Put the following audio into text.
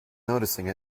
noticing